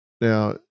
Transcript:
Now